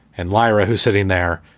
and lyra, who's sitting there,